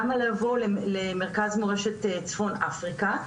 למה לבוא למרכז מורשת צפון אפריקה,